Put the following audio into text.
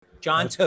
John